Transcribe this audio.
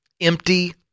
empty